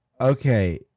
Okay